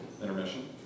intermission